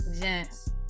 gents